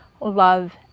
love